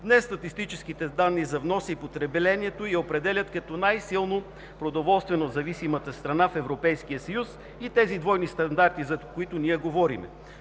днес статистическите данни за вноса и потреблението я определят като най-силно продоволствено зависимата страна в Европейския съюз и тези двойни стандарти, за които ние говорим.